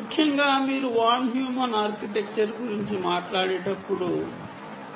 ముఖ్యంగా మీరు von Neumann architecture గురించి మాట్లాడేటప్పుడు